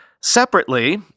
Separately